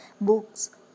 books